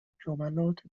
جملات